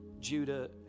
Judah